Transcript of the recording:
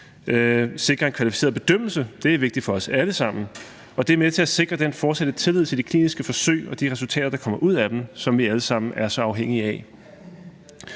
sikre en kvalificeret bedømmelse, det er vigtigt for os alle sammen, og det er med til at sikre den fortsatte tillid til de kliniske forsøg og de resultater, der kommer ud af dem, som vi alle sammen er så afhængige af.